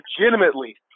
legitimately